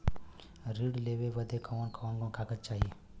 ऋण लेवे बदे कवन कवन कागज चाही?